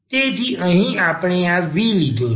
તેથી અહીં આપણે આ v લીધો છે